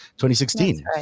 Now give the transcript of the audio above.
2016